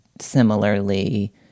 similarly